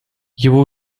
его